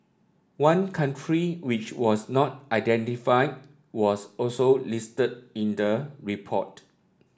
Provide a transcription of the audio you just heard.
one country which was not identified was also listed in the report